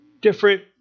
different